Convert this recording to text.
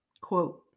Quote